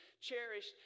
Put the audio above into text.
cherished